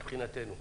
מבחינתנו.